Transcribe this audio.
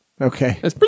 Okay